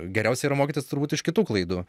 geriausia yra mokytis turbūt iš kitų klaidų